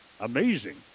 Amazing